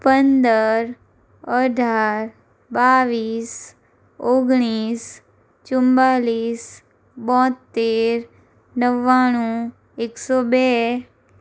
પંદર અઢાર બાવીસ ઓગણીસ ચુમાળીસ બોંતેર નવ્વાણું એકસો બે